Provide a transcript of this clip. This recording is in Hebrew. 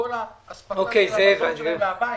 שכל האספקה שלהם --- מהבית.